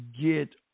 get